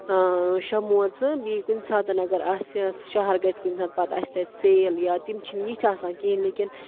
شےٚ موزٕ بیٚیہِ کُنہِ ساتن اگر آسہِ شَہر گژھِ کُنہِ ساتہٕ پتہٕ آسہِ تَتہِ سیل یا تِم چھِنہٕ یِتھۍ آسان کِہیٖنۍ لیکِن